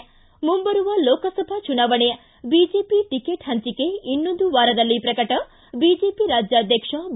ು ಮುಂಬರುವ ಲೋಕಸಭಾ ಚುನಾವಣೆ ಬಿಜೆಪಿ ಟಿಕೆಟ್ ಪಂಚಿಕೆ ಇನ್ನೊಂದು ವಾರದಲ್ಲಿ ಪ್ರಕಟ ಬಿಜೆಪಿ ರಾಜ್ಯಾಧ್ವಕ್ಷ ಬಿ